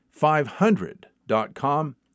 500.com